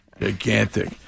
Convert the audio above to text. Gigantic